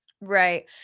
Right